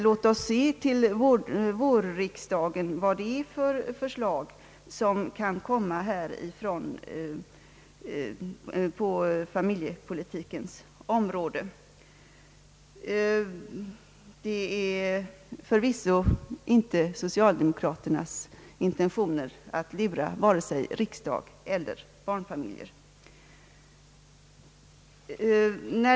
Låt oss till vårriksdagen se vad det är för förslag som kan komma att framläggas på familjepolitikens område! Det är förvisso inte socialdemokraternas intentioner att lura varken riksdagen eller barnfamiljerna.